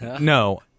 No